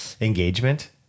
engagement